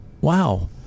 wow